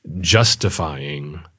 justifying